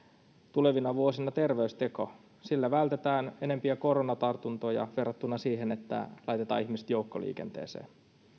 tulevina vuosina terveysteko sillä vältetään enempiä koronatartuntoja verrattuna siihen että laitetaan ihmiset joukkoliikenteeseen